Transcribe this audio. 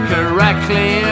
Correctly